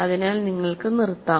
അതിനാൽ നിങ്ങൾക്ക് നിർത്താം